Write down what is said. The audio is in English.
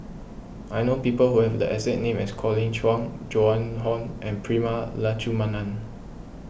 I know people who have the exact name as Colin Cheong Joan Hon and Prema Letchumanan